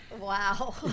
Wow